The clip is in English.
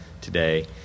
today